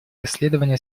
расследование